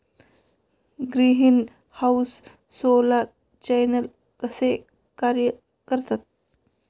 Greenhouse solar channel कसे कार्य करतात?